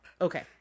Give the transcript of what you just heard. Okay